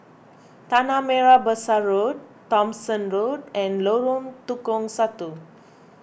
Tanah Merah Besar Road Thomson Road and Lorong Tukang Satu